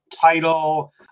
title